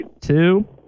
Two